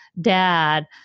dad